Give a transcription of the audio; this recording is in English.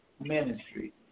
ministry